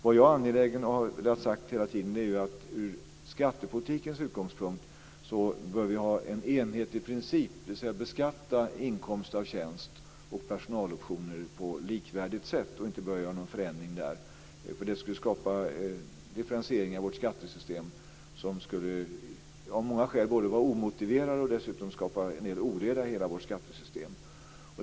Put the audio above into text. Vad jag hela tiden har velat få sagt är att från skattepolitikens utgångspunkt bör vi ha en enhetlig princip, dvs. vi bör beskatta inkomster av tjänst och personaloptioner på likvärdigt sätt och inte börja göra någon förändring. Det skulle nämligen skapa differentieringar i vårt skattesystem som av många skäl skulle vara omotiverade och som dessutom skulle skapa en del oreda i hela vårt skattesystem.